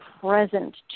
present